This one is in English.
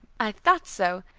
i thought so.